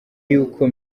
y’uko